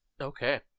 Okay